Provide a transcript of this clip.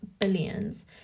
billions